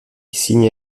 signe